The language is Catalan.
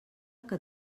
que